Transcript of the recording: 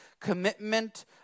commitment